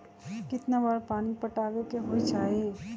कितना बार पानी पटावे के होई छाई?